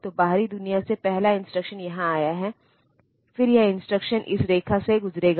तो बाहरी दुनिया से पहला इंस्ट्रक्शन यहां आया है फिर यह इंस्ट्रक्शन इस रेखा से गुजरेगा